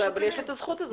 יש לו את הזכות הזאת.